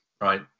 right